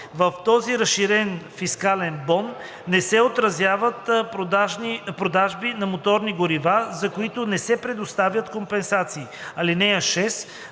В този разширен фискален бон не се отразяват продажби на моторни горива, за които не се предоставят компенсации. (6) В